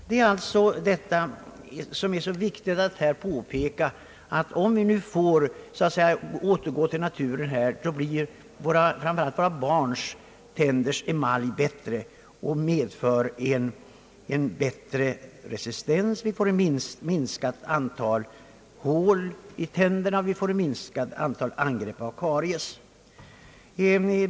Det är viktigt att här påpeka att om vi nu så att säga återgår till naturen så blir framför allt småbarnens tandemalj bättre, vilket medför en bättre resistens med som resultat ett minskat antal hål i tänderna av karies.